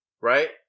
right